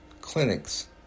clinics